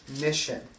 mission